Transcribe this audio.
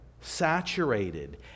saturated